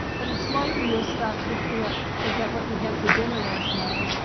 but it's likely, you'll start to forget forget what you had for dinner last night,